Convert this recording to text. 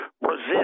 Brazil